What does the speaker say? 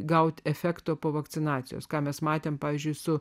gauti efekto po vakcinacijos ką mes matėme pavyzdžiui su